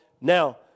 now